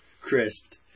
Crisped